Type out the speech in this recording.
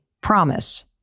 promise